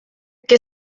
que